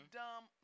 dumb